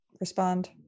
respond